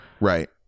Right